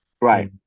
right